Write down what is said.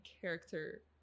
character